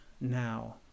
now